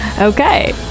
Okay